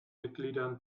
mitgliedern